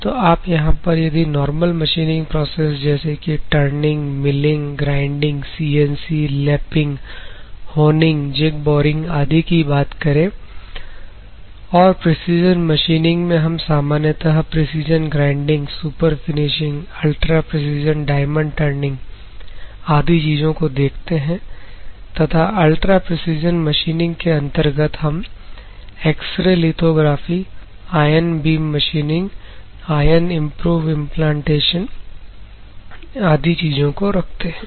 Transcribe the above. तो आप यहां पर यदि नॉरमल मशीनिंग प्रोसेस जैसे कि turning milling grinding CNC lapping honing jig boring आदि की बात करें और प्रेसीजन मशीनिंग में हम सामान्यतः precision grinding superfinishing ultra precision diamond turning आदि चीजों को देखते हैं तथा अल्ट्रा प्रेसीजन मशीनिंग के अंतर्गत हम x ray lithography ion beam machining ion improve implantation आदि चीजों को रखते हैं